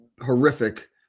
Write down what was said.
horrific